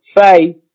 Faith